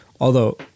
Although-